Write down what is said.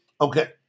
Okay